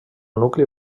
nucli